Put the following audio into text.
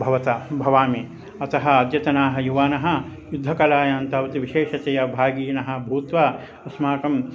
भवता भवामि अतः अद्यतनाः युवानः युद्धकलायां तावत् विशेषतया भागिनः भूत्वा अस्माकं